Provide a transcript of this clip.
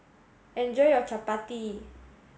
enjoy your Chapati